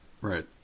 Right